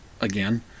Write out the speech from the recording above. again